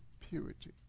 purity